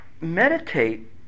meditate